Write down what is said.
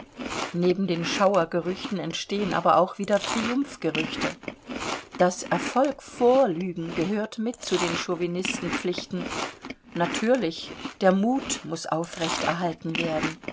neben den schauergerüchten entstehen aber auch wieder triumpfgerüchte das erfolgvorlügen gehört mit zu den chauvinistenpflichten natürlich der mut muß aufrecht erhalten werden